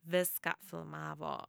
viską filmavo